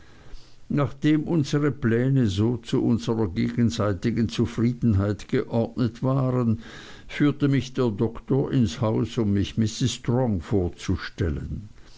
nachdem unsere pläne so zu unserer gegenseitigen zufriedenheit geordnet waren führte mich der doktor ins haus um mich mrs strong vorzustellen